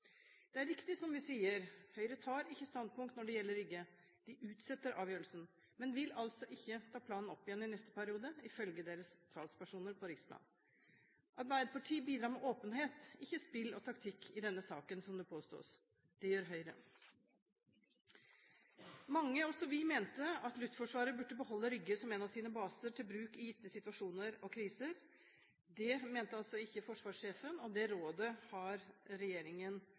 Det er riktig som vi sier: Høyre tar ikke standpunkt når det gjelder Rygge. De utsetter avgjørelsen, men vil altså ikke ta planen opp igjen i neste periode, ifølge deres talspersoner på riksplan. Arbeiderpartiet bidrar med åpenhet, ikke spill og taktikk i denne saken, som det påstås – det gjør Høyre. Mange, også vi, mente at Luftforsvaret burde beholde Rygge som en av sine baser til bruk i gitte situasjoner og kriser. Det mente altså ikke forsvarssjefen. Det rådet har regjeringen